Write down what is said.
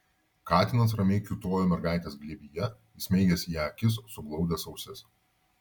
katinas ramiai kiūtojo mergaitės glėbyje įsmeigęs į ją akis suglaudęs ausis